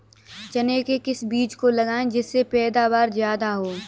चने के किस बीज को लगाएँ जिससे पैदावार ज्यादा हो?